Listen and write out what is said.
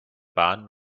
bahn